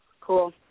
Cool